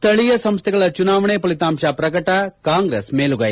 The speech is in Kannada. ಸ್ವಳೀಯ ಸಂಸ್ಥೆಗಳ ಚುನಾವಣೆ ಫಲಿತಾಂಶ ಪ್ರಕಟ ಕಾಂಗ್ರೆಸ್ ಮೇಲುಗೈ